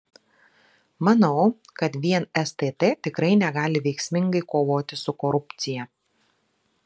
manau kad vien stt tikrai negali veiksmingai kovoti su korupcija